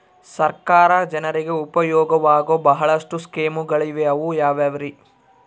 ಸರ್ಕಾರ ಜನರಿಗೆ ಉಪಯೋಗವಾಗೋ ಬಹಳಷ್ಟು ಸ್ಕೇಮುಗಳಿವೆ ಅವು ಯಾವ್ಯಾವ್ರಿ?